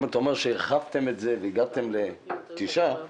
אם אתה אומר שהרחבתם את זה והגעתם לתשע הצעות